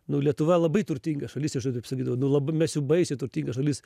nu lietuva labai turtinga šalis aš jiem taip sakydavau nu mes jau baisiai turtinga šalis